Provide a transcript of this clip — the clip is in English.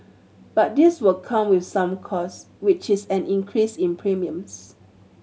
but this will come with some cost which is an increase in premiums